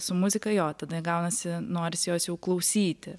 su muzika jo tada gaunasi norisi jos jau klausyti